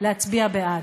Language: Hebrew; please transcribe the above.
להצביע בעד.